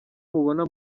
mubona